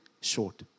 short